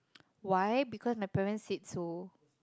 why because my parents said so